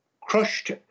crushed